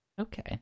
Okay